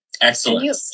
excellent